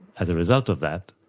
as a result of that,